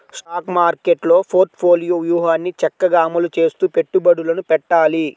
stock మార్కెట్టులో portfolio వ్యూహాన్ని చక్కగా అమలు చేస్తూ పెట్టుబడులను పెట్టాలి